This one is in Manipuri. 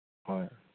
ꯍꯣꯏ